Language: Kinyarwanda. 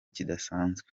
kidasanzwe